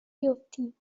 بیفتیم